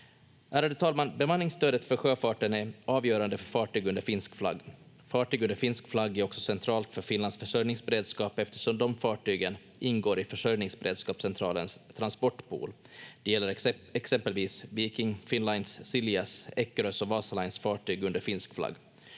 Ärade talman! Bemanningsstödet för sjöfarten är avgörande för fartyg under finsk flagg. Fartyg under finsk flagg är också centralt för Finlands försörjningsberedskap eftersom de fartygen ingår i Försörjningsberedskapscentralens transportpool. Det gäller exempelvis Vikings, Finnlines, Siljas, Eckerös och Wasalines fartyg under finsk flagg.